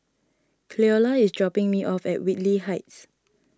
Cleola is dropping me off at Whitley Heights